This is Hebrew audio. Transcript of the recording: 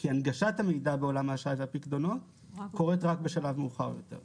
כי הנגשת המידע בעולם האשראי והפיקדונות קורית רק בשלב מאוחר יותר.